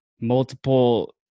multiple